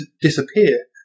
disappear